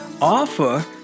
offer